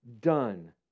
done